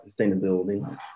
sustainability